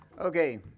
Okay